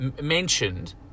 Mentioned